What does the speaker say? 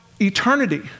eternity